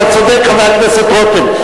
אתה צודק, חבר הכנסת רותם.